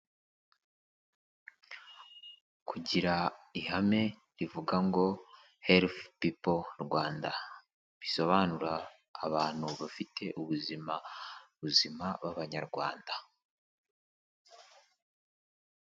Kugira ihame rivuga ngo ''herifu pipo Rwanda''. Bisobanura abantu bafite ubuzima buzima b, Abanyarwanda.